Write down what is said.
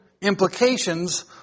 implications